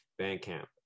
Bandcamp